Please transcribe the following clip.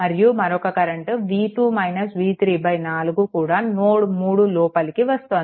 మరియు మరొక కరెంట్ 4 కూడా నోడ్3 లోపలికి వస్తోంది